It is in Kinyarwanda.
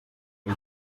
ubu